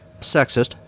Sexist